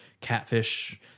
catfish